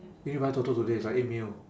eh need to buy toto today it's like eight mil